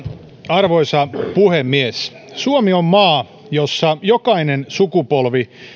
arvoisa puhemies suomi on maa jossa jokainen sukupolvi